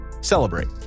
celebrate